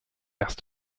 asked